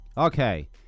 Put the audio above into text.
Okay